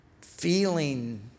feeling